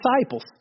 disciples